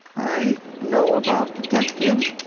i know about detectives,